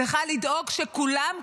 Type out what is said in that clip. צריכה לדאוג שכולם,